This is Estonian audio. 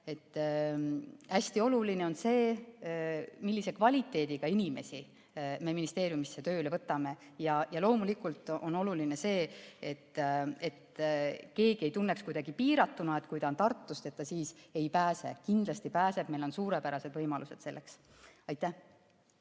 Hästi oluline on see, millise kvaliteediga inimesi me ministeeriumisse tööle võtame. Loomulikult on oluline ka see, et keegi ei tunneks kuidagi piiranguna, et kui ta on Tartust, siis ta ei pääse tööle. Kindlasti pääseb, meil on selleks suurepärased võimalused. Aitäh!